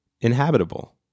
inhabitable